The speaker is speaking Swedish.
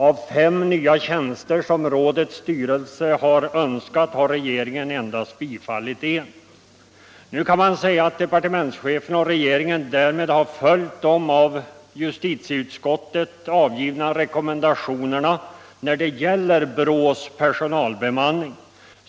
Av fem nya tjänster, som rådets styrelse önskat, har regeringen endast bifallit en. Nu kan man säga att departementschefen och regeringen därmed har följt de av justitieutskottet avgivna rekommendationerna när det gäller BRÅ:s personalbemanning.